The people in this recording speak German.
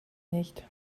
nicht